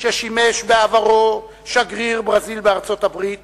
ששימש בעברו שגריר ברזיל בארצות-הברית